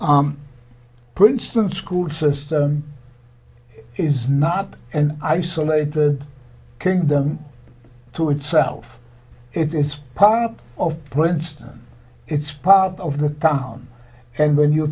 princeton school system is not an isolated kingdom to itself it is part of princeton it's part of the town and when you